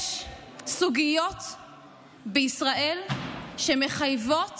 יש סוגיות בישראל שמחייבות